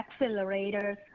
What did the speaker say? accelerators